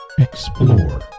Explore